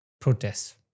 protests